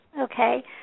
okay